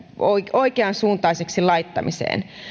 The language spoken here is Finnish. oikeansuuntaiseksi laittamiseen